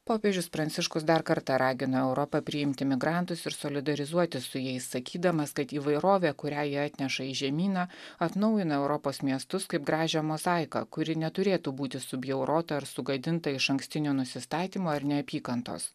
popiežius pranciškus dar kartą ragina europą priimti migrantus ir solidarizuotis su jais sakydamas kad įvairovė kurią jie atneša į žemyną atnaujina europos miestus kaip gražią mozaiką kuri neturėtų būti subjaurota ar sugadinta išankstinio nusistatymo ir neapykantos